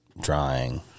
drawing